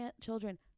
children